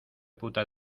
puta